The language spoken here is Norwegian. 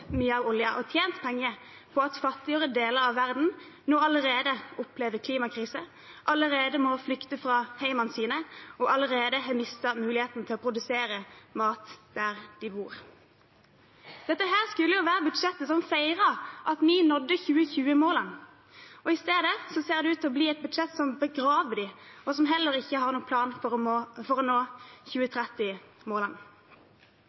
mye av oljen og tjent penger på at fattigere deler av verden allerede opplever klimakrise, allerede må flykte fra hjemmene sine og allerede har mistet muligheten til å produsere mat der de bor. Dette skulle jo være budsjettet som feiret at vi nådde 2020-målene, og i stedet ser det ut til å bli et budsjett som begraver dem, og som heller ikke har noen plan for å nå 2030-målene. Regjeringen har brukt mye tid både i dag og under trontaledebatten på å